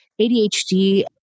ADHD